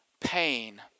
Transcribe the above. pain